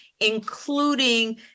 including